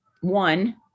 one